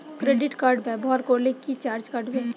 Credit card ব্যাবহার করলে কি চার্জ কাটবে?